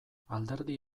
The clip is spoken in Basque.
alderdi